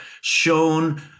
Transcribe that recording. shown